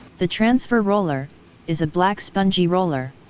the transfer roller is a black spongy roller.